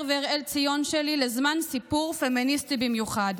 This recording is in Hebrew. ואראל ציון שלי לזמן סיפור פמיניסטי במיוחד.